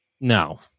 No